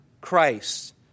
Christ